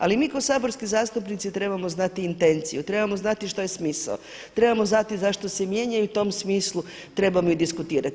Ali mi kao saborski zastupnici trebamo znati intenciju, trebamo znati što je smisao, trebamo znati zašto se mijenjaju i u tom smislu trebamo diskutirati.